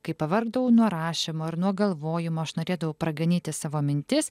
kai pavargdavau nuo rašymo ir nuo galvojimo aš norėdavau praganyti savo mintis